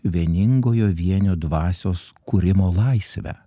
vieningojo vienio dvasios kūrimo laisvę